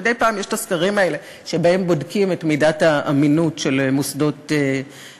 מדי פעם יש הסקרים האלה שבהם בודקים את מידת האמינות של מוסדות המדינה,